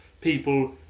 people